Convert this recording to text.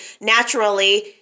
naturally